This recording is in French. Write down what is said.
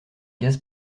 gaz